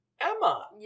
Emma